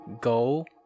go